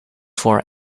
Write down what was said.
for